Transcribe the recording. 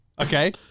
Okay